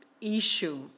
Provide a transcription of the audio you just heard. issue